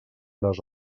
les